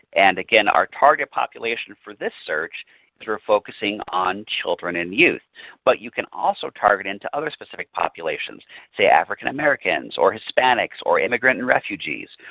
and again, our target population for this search is we are focusing on children and youth but you can also target into other specific populations say african-americans, or hispanics, or immigrants and refugees,